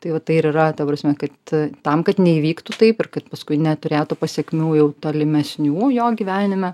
tai va tai ir yra ta prasme kad tam kad neįvyktų taip ir kad paskui neturėtų pasekmių jau tolimesnių jo gyvenime